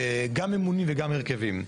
גם ממונים וגם הרכבים.